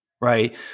Right